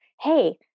hey